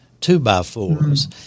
two-by-fours